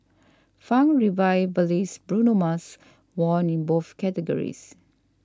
funk revivalist Bruno Mars won in both categories